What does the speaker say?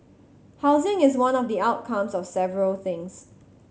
housing is one of the outcomes of several things